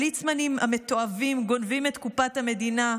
"הליצמנים המתועבים גונבים את קופת המדינה.